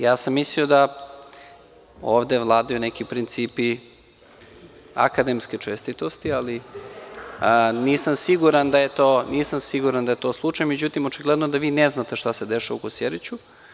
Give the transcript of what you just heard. Ja sam mislio da ovde vladaju neki principi akademske čestitosti, ali nisam siguran da je to slučaj, ali očigledno je da vi ne znate šta se dešava u Kosjeriću.